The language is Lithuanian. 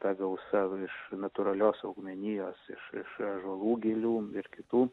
ta gausa iš natūralios augmenijos iš iš ąžuolų gilių ir kitų